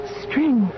string